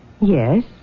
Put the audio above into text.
Yes